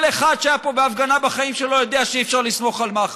כל אחד שהיה פה בהפגנה בחיים שלו יודע שאי-אפשר לסמוך על מח"ש,